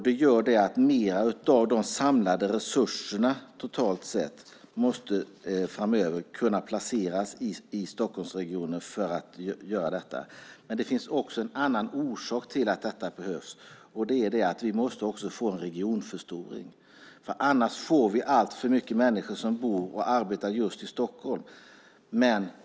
Det gör att mer av de samlade resurserna totalt framöver måste kunna placeras i Stockholmsregionen. Men det finns också en annan orsak till att detta behövs. Det är det att vi måste få en regionförstoring. Annars får vi alltför mycket människor som bor och arbetar just i Stockholm.